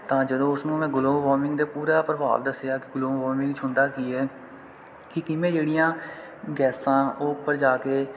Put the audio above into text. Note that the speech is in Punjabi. ਤਾਂ ਜਦੋਂ ਉਸਨੂੰ ਮੈਂ ਗਲੋਬਲ ਵਾਰਮਿੰਗ ਦੇ ਪੂਰਾ ਪ੍ਰਭਾਵ ਦੱਸਿਆ ਕਿ ਗਲੋਬੋ ਵਾਰਮਿੰਗ 'ਚ ਵਿੱਚ ਹੁੰਦਾ ਕੀ ਹੈ ਕਿ ਕਿਵੇਂ ਜਿਹੜੀਆਂ ਗੈਸਾਂ ਉਹ ਉੱਪਰ ਜਾ ਕੇ